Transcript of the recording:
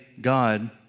God